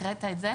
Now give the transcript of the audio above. הקראת את זה?